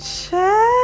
Check